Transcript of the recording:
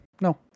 No